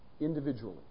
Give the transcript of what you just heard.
individually